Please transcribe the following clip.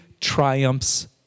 triumphs